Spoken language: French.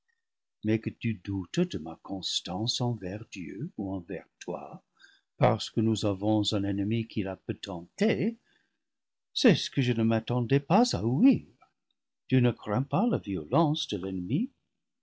mais que tu doutes de ma constance envers dieu ou envers toi parce que nous avons un ennemi qui la peut tenter c'est ce que je ne m'attendais pas à ouïr tu ne crains pas la violence de l'ennemi